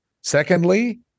Secondly